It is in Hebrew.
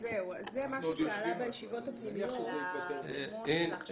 אנחנו עוד יושבים על זה.